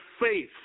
faith